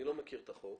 אני לא מכיר את החוק.